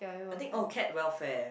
I think oh cat welfare